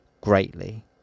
greatly